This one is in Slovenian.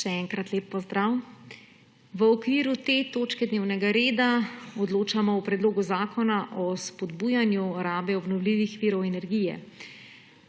Še enkrat lep pozdrav! V okviru te točke dnevnega reda odločamo o Predlogu zakona o spodbujanju rabe obnovljivih virov energije.